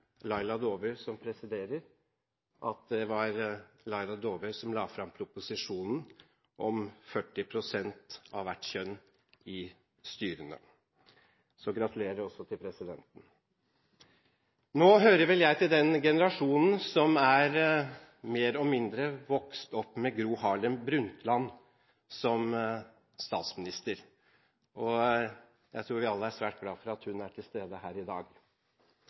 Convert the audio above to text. Laila Dåvøy som presiderer, at det var Laila Dåvøy som la fram proposisjonen om minst 40 pst. av hvert kjønn i styrene. Så gratulerer også til presidenten! Nå hører vel jeg til den generasjonen som mer eller mindre er vokst opp med Gro Harlem Brundtland som statsminister, og jeg tror vi alle er svært glad for at hun er til stede her i dag.